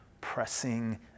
pressing